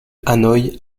hanoï